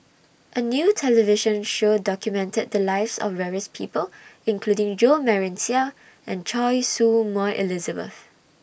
A New television Show documented The Lives of various People including Jo Marion Seow and Choy Su Moi Elizabeth